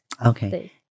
okay